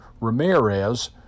Ramirez